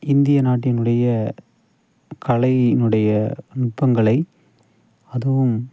இந்திய நாட்டினுடைய கலைனுடைய நுட்பங்களை அதுவும்